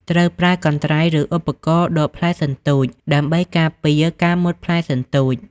ត្រូវប្រើ កន្ត្រៃ ឬឧបករណ៍ដកផ្លែសន្ទូច ដើម្បីការពារការការមុតផ្លែសន្ទូច។